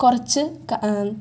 കുറച്ച്